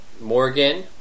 Morgan